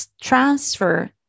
transfer